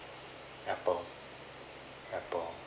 Apple Apple